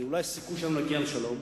זה אולי הסיכוי שלנו להגיע לשלום,